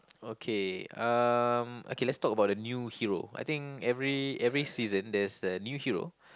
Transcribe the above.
okay um okay let's talk about the new hero I think every every season there's a new hero